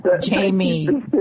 Jamie